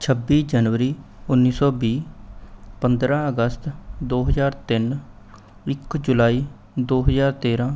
ਛੱਬੀ ਜਨਵਰੀ ਉੱਨੀ ਸੌ ਵੀਹ ਪੰਦਰ੍ਹਾਂ ਅਗਸਤ ਦੋ ਹਜ਼ਾਰ ਤਿੰਨ ਇੱਕ ਜੁਲਾਈ ਦੋ ਹਜ਼ਾਰ ਤੇਰ੍ਹਾਂ